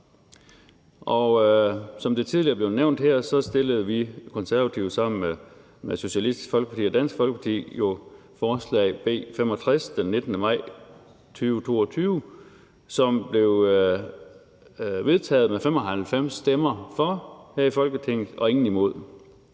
Som det tidligere blev nævnt her, fremsatte vi i Konservative sammen med Socialistisk Folkeparti og Dansk Folkeparti jo forslaget B 65, som blev vedtaget den 19. maj 2022 her i Folketinget med